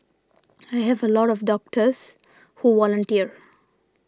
I have a lot of doctors who volunteer